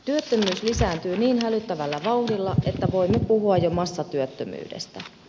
työttömyys lisääntyy niin hälyttävällä vauhdilla että voimme puhua jo massatyöttömyydestä